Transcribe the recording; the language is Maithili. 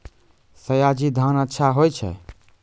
सयाजी धान अच्छा होय छै?